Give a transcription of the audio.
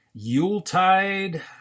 Yuletide